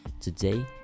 Today